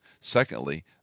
Secondly